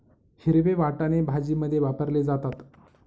हिरवे वाटाणे भाजीमध्ये वापरले जातात